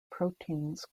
proteins